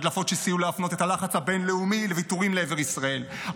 הדלפות שסייעו להפנות את הלחץ הבין-לאומי לוויתורים לעבר ישראל,